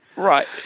Right